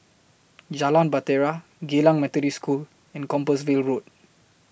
Jalan Bahtera Geylang Methodist School and Compassvale Road